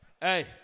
Hey